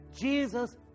Jesus